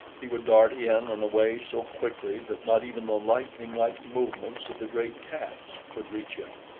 he would dart in and away so quickly that not even the lightning-like movements of the great cats could reach him.